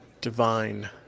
divine